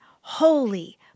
holy